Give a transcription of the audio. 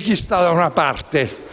chi sta da una parte